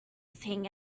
seeing